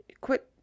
Quit